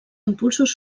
impulsos